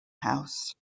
house